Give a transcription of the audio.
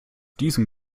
diesem